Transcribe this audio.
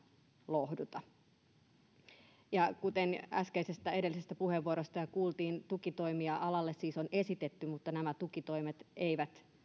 lohduta kuten äskeisestä edellisestä puheenvuorosta jo kuultiin tukitoimia alalle siis on esitetty mutta nämä tukitoimet eivät